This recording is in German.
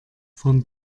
von